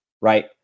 right